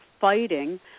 fighting